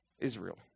Israel